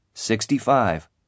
Sixty-five